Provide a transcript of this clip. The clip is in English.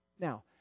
Now